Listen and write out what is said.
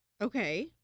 Okay